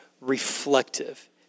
reflective